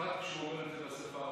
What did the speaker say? בפרט כשהוא אומר את זה בשפה הערבית.